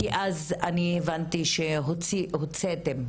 אז הבנתי שהמשרד,